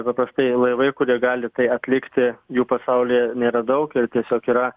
paprastai laivai kurie gali tai atlikti jų pasaulyje nėra daug ir tiesiog yra